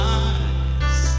eyes